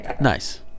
nice